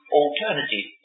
alternative